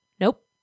Nope